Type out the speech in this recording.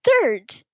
third